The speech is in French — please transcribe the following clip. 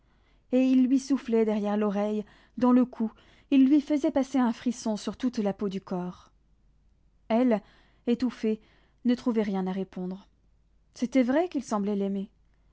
et il lui soufflait derrière l'oreille dans le cou il lui faisait passer un frisson sur toute la peau du corps elle étouffée ne trouvait rien à répondre c'était vrai qu'il semblait l'aimer